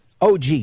OG